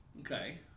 Okay